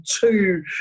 two